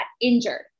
injured